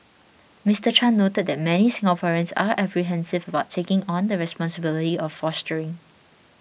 Mister Chan noted that many Singaporeans are apprehensive about taking on the responsibility of fostering